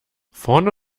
vorne